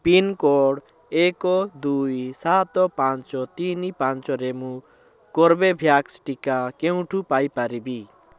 pincode ଏକ ଦୁଇ ସାତ ପାଞ୍ଚ ତିନି ପାଞ୍ଚରେ ମୁଁ କର୍ବେଭ୍ୟାକ୍ସ ଟିକା କେଉଁଠୁ ପାଇପାରିବି